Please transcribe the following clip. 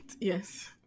Yes